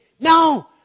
No